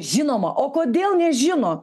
žinoma o kodėl nežino